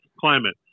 climate